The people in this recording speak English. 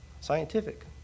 scientific